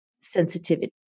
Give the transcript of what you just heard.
sensitivity